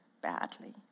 badly